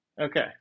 Okay